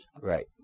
Right